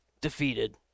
defeated